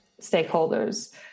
stakeholders